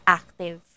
active